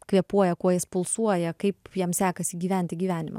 kvėpuoja kuo jis pulsuoja kaip jam sekasi gyventi gyvenimą